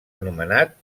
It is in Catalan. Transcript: anomenat